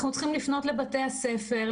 אנחנו צריכים לפנות לבתי הספר,